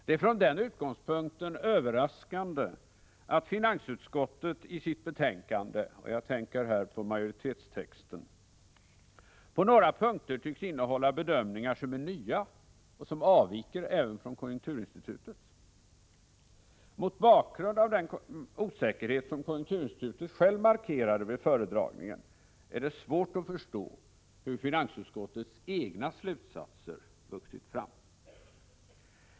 Det är från den utgångspunkten överraskande att finansutskottets betänkande — och jag tänker i detta sammanhang på majoritetstexten — på några punkter tycks innehålla bedömningar som är nya och som avviker även från konjunkturinstitutets. Mot bakgrund av den osäkerhet som konjunkturinstitutet självt markerat vid föredragningen är det svårt att förstå hur finansutskottets egna slutsatser har vuxit fram.